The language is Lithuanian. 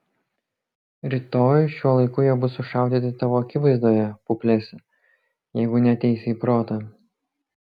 rytoj šiuo laiku jie bus sušaudyti tavo akivaizdoje puplesi jeigu neateisi į protą